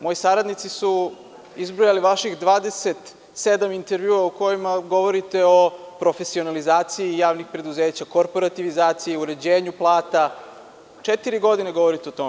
Moji saradnici su izbrojali vaših 27 intervjua u kojima govorite o profesionalizaciji javnih preduzeća, korporativizaciji, uređenju plata i četiri godine već govorite o tome.